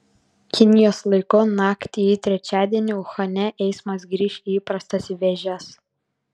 kinijos laiku naktį į trečiadienį uhane eismas grįš į įprastas vėžes